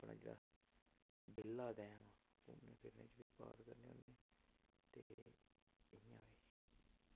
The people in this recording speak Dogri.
बड़ा जादा बेह्ला टैम घुम्मनै फिरने च बी पास करने होन्ने ते इंया बी